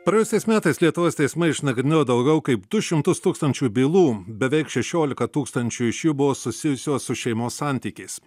praėjusiais metais lietuvos teismai išnagrinėjo daugiau kaip du šimtus tūkstančių bylų beveik šešiolika tūkstančių iš jų buvo susijusios su šeimos santykiais